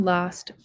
Last